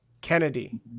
Kennedy